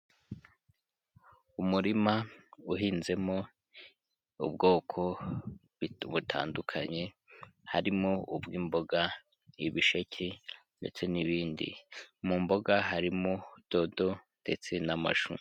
Umurima uhinzemo ubwoko butandukanye harimo ubw'imboga, ibisheke ndetse n'ibindi. Mu mboga harimo dodo ndetse n'amashu.